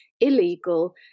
illegal